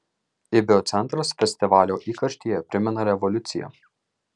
ibio centras festivalio įkarštyje primena revoliuciją